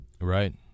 Right